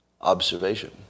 observation